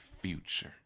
Future